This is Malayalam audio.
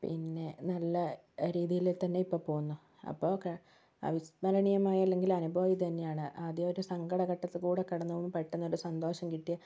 പിന്നെ നല്ല രീതിയില് തന്നെ ഇപ്പോൾ പോകുന്നു അപ്പോൾ ക അവിസ്മരണീയമായ അല്ലെങ്കിൽ അനുഭവം ഇതന്നെയാണ് ആദ്യം ഒരു സങ്കടഘട്ടത്തിൽ കൂടെ കടന്നു പോകുമ്പോൾ പെട്ടെന്ന് ഒരു സന്തോഷം കിട്ടിയാൽ